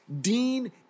Dean